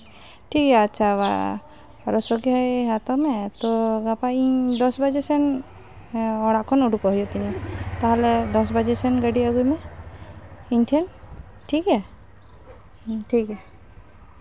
ᱴᱷᱤᱠ ᱜᱮᱭᱟ ᱟᱪᱪᱷᱟ ᱵᱟᱨᱚᱥᱚ ᱜᱮ ᱦᱟᱛᱟᱣ ᱢᱮ ᱛᱚ ᱜᱟᱯᱟ ᱤᱧ ᱫᱚᱥ ᱵᱟᱡᱮ ᱠᱷᱚᱱ ᱚᱲᱟᱜ ᱠᱷᱚᱱ ᱩᱰᱩᱠᱚᱜ ᱦᱩᱭᱩᱜ ᱛᱤᱧᱟᱹ ᱛᱟᱨᱯᱚᱨᱮ ᱫᱚᱥ ᱵᱟᱡᱮ ᱠᱷᱚᱱ ᱜᱟᱹᱰᱤ ᱟᱹᱜᱩᱭ ᱢᱮ ᱤᱧ ᱴᱷᱮᱡ ᱴᱷᱤᱠ ᱜᱮᱭᱟ ᱴᱷᱤᱠ ᱜᱮᱭᱟ